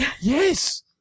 Yes